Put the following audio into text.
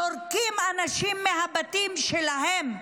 זורקים אנשים מהבתים שלהם,